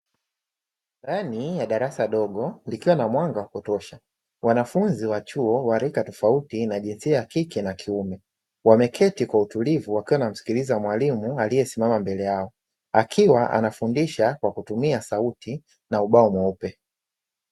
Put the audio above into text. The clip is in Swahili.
Ndani ya darasa dogo, likiwa na mwanga wa kutosha, wanafunzi wa chuo cha kati wa rika tofauti na jinsia ya kike na kiume, wameketi kwa utulivu wakiwa wanamsikiliza mwalimu aliyesimama mbele yao, akiwa anafundisha kwa kutumia sauti na ubao mweupe,